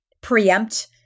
preempt